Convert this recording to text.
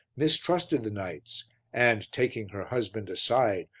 mistrusted the knights and, taking her husband aside,